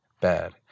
bad